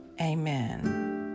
Amen